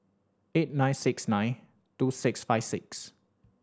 eight nine six nine two six five six